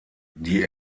die